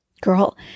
Girl